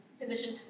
position